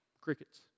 Crickets